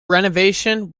renovation